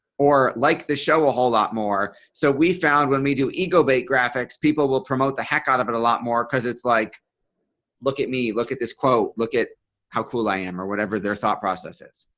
or like the show a whole lot more. so we found when we do ego-bait graphics people will promote the heck out of it a lot more because it's like look at me. look at this quote. look at how cool i am or whatever their thought process is.